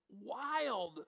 wild